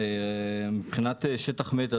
מבחינת שטח מת,